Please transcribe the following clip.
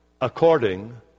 according